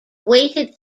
weighted